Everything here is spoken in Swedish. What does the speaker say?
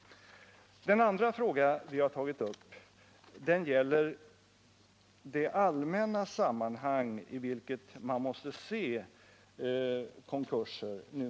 Den andra frågan som vi har tagit upp gäller det allmänna sammanhang i vilket man numera måste se konkurser.